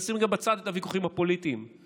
נשים רגע בצד את הוויכוחים הפוליטיים,